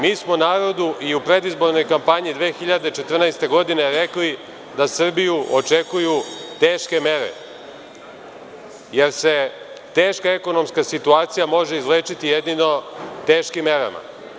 Mi smo narodu i u predizbornoj kampanji 2014. godine rekli da Srbiju očekuju teške mere, jer se teška ekonomska situacija može izlečiti jedino teškim merama.